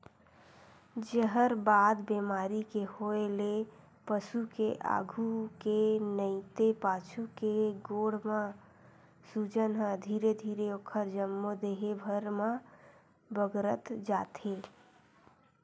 जहरबाद बेमारी के होय ले पसु के आघू के नइते पाछू के गोड़ म सूजन ह धीरे धीरे ओखर जम्मो देहे भर म बगरत जाथे